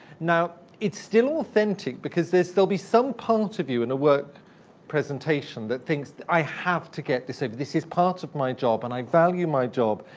now, it's still authentic because there'll be some part of you in a work presentation that thinks i have to get this over. this is part of my job, and i value my job,